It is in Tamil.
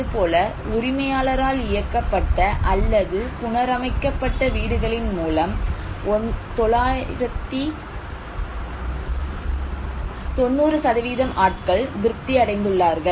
அதுபோல உரிமையாளரால் இயக்கப்பட்ட அல்லது புனரமைக்கப்பட்ட வீடுகளின் மூலம் 90 ஆட்கள் திருப்தி அடைந்துள்ளார்கள்